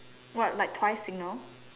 what like twice signal